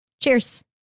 Cheers